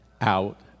out